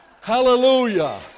Hallelujah